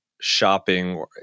shopping